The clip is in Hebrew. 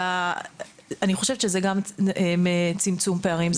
אני חושבת שזה גם צמצום פערים.